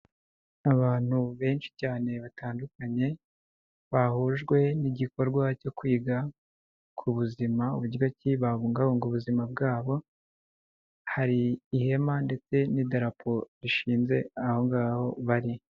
Abantu benshi cyane batandukanye, bahujwe n'igikorwa cyo kwiga ku buzima, uburyo ki babungabunga ubuzima bwabo, hari ihema ndetse n'idarapo rishinze aho ngaho bari.